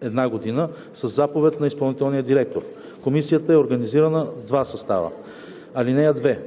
една година със заповед на изпълнителния директор. Комисията е организирана в два състава. (2)